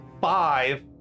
five